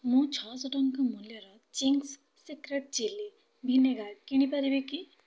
ମୁଁ ଛଅଶହ ମୂଲ୍ୟର ଚିଙ୍ଗ୍ସ୍ ସିକ୍ରେଟ୍ ଚିଲ୍ଲି ଭିନେଗାର୍ କିଣି ପାରିବି କି